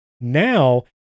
Now